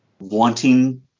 Wanting